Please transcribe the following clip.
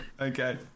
Okay